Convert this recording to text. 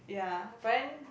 ya but then